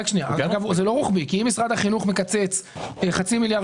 זה לא רוחבי כי אם משרד החינוך מקצץ חצי מיליארד